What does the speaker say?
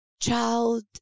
child